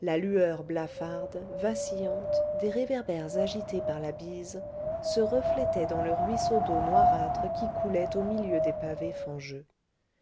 la lueur blafarde vacillante des réverbères agités par la bise se reflétait dans le ruisseau d'eau noirâtre qui coulait au milieu des pavés fangeux